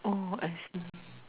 oh I see